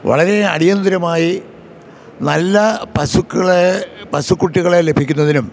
വളരെ അടിയന്തരമായി നല്ല പശുക്കളെ പശുക്കുട്ടികളെ ലഭിക്കുന്നതിനും